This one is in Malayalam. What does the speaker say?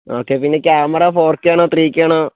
ഓക്കേ പിന്നെ ക്യാമറ ഫോർ കെ ആണോ ത്രീ കെ ആണോ